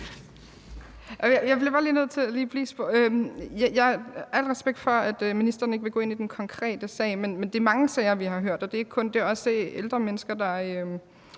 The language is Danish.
Jeg bliver bare lige nødt til at blive i sporet. Jeg har al respekt for, at ministeren ikke vil gå ind i den konkrete sag, men det er mange sager, vi har hørt om, og det er også ældre mennesker, der